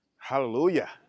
Hallelujah